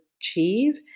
achieve